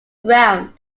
ground